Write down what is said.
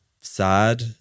sad